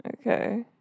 Okay